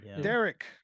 Derek